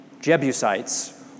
Jebusites